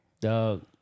Dog